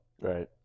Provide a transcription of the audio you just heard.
right